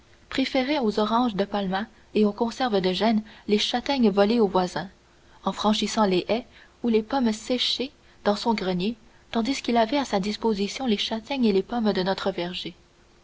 préférait aux oranges de palma et aux conserves de gênes les châtaignes volées au voisin en franchissant les haies ou les pommes séchées dans son grenier tandis qu'il avait à sa disposition les châtaignes et les pommes de notre verger